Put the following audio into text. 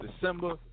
December